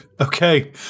Okay